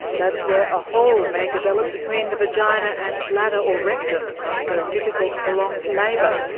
that's where a hole may develop between the vagina and bladder or rectum after a difficult prolonged labour.